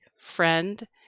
friend